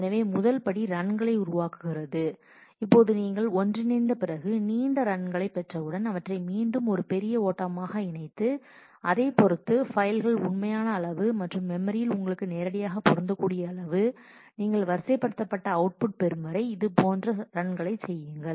எனவே முதல் படி ரன்களை உருவாக்குகிறது இப்போது நீங்கள் ஒன்றிணைத்த பிறகு நீங்கள் நீண்ட ரன்களைப் பெற்றவுடன் அவற்றை மீண்டும் ஒரு பெரிய ஓட்டமாக இணைத்து அதைப் பொறுத்து பைல் உண்மையான அளவு மற்றும் மெமரியில் உங்களுக்கு நேரடியாக பொருந்தக்கூடிய அளவு நீங்கள் வரிசைப்படுத்தப்பட்ட அவுட்புட் பெறும் வரை இதுபோன்ற பல ரன்களைச் செய்யுங்கள்